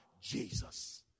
Jesus